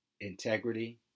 integrity